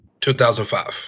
2005